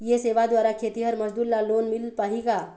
ये सेवा द्वारा खेतीहर मजदूर ला लोन मिल पाही का?